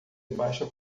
baixa